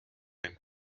and